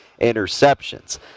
interceptions